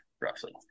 roughly